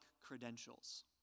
credentials